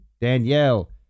Danielle